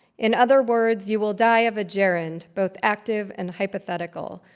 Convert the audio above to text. in other words, you will die of a gerund, both active and hypothetical.